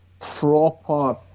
proper